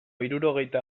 hirurogeita